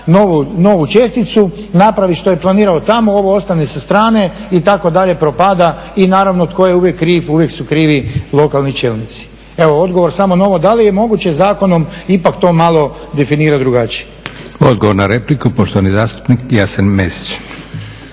novu česticu, napravi što je planirao tamo. Ovo ostane sa strane itd. propada i naravno tko je uvijek kriv? Uvijek su krivi lokalni čelnici. Evo odgovor samo na ovo da li je moguće zakonom ipak to malo definirati drugačije. **Leko, Josip (SDP)** Odgovor na repliku, poštovani zastupnik Jasen Mesić.